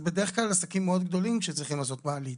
אלה בדרך עסקים מאוד גדולים שצריכים לעשות מעליות,